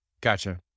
Gotcha